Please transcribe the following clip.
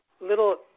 little